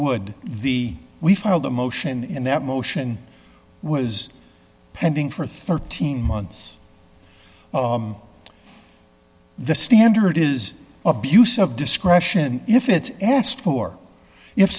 would the we filed a motion and that motion was pending for thirteen months the standard is abuse of discretion if it's asked for if